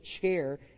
chair